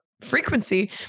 frequency